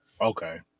Okay